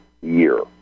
year